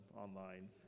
online